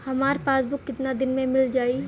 हमार पासबुक कितना दिन में मील जाई?